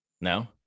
No